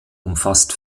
umfasst